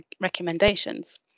recommendations